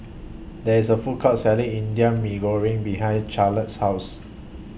There IS A Food Court Selling Indian Mee Goreng behind Charlotte's House